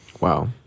Wow